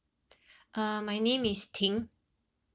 uh my name is ting